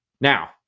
now